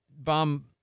bomb